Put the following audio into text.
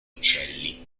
uccelli